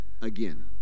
again